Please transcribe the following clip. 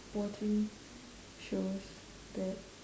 watching shows that